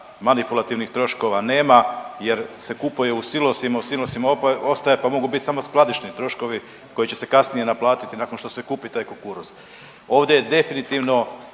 manipulativnih troškova nema jer se kupuje u silosima. U silosima ostaje, pa mogu samo biti skladišni troškovi koji će se kasnije naplatiti nakon što se kupi taj kukuruz. Ovdje je definitivno